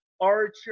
Archer